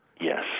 Yes